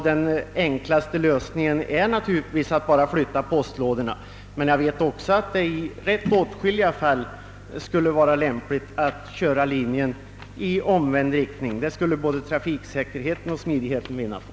Den enklaste lösningen är naturligtvis att bara flytta postlådorna. Men jag vet också att det i åtskilliga fall skulle vara lämpligt att köra linjen i omvänd riktning. Det skulle både trafiksäkerheten och smidigheten vinna på.